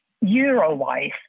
euro-wise